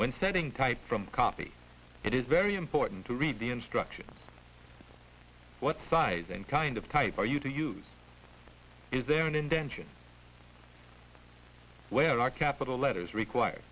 when setting type from copy it is very important to read the instructions what size and kind of type are you to use is there an intention where our capital letters required